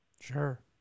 Sure